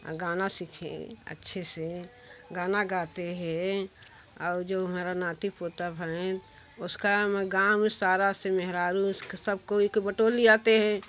गाना सीखे अच्छे से गाना गाते हैं और जो हमारा नाती पोता हैं उसका मैं गाँव सारा से मेहरारू उसके सब को एक बटोली आते हैं